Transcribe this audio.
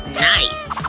nice.